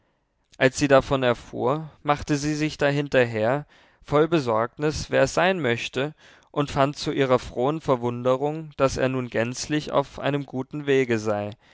als sie davon erfuhr machte sie sich dahinter her voll besorgnis wer es sein möchte und fand zu ihrer frohen verwunderung daß er nun gänzlich auf einem guten wege sei